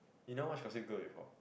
you never watch Gossip Girl before